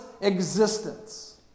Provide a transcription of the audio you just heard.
existence